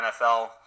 NFL –